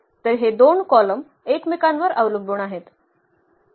तर हे दोन कॉलम एकमेकांवर अवलंबून आहेत